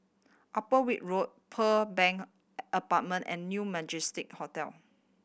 Upper Weld Road Pearl Bank Apartment and New Majestic Hotel